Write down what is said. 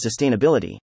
sustainability